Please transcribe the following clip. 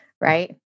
right